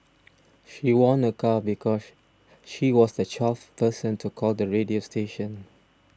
she won a car because she was the twelfth person to call the radio station